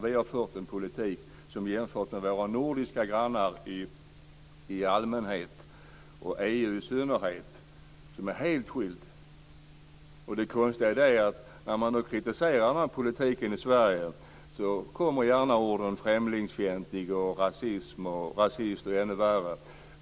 Vi har ju fört en politik som är helt skild från våra nordiska grannar, och i synnerhet EU. Det konstiga är att när man kritiserar den här politiken i Sverige kommer gärna ord som "främlingsfientlig", "rasist" och ännu värre.